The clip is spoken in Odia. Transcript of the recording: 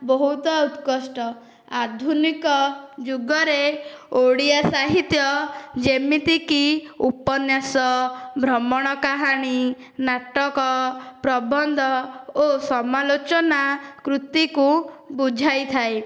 ବହୁତ ଉତ୍କୃଷ୍ଟ ଆଧୁନିକ ଯୁଗରେ ଓଡ଼ିଆ ସାହିତ୍ୟ ଯେମିତିକି ଉପନ୍ୟାସ ଭ୍ରମଣ କାହାଣୀ ନାଟକ ପ୍ରବନ୍ଧ ଓ ସମାଲୋଚନା କୃତିକୁ ବୁଝାଇ ଥାଏ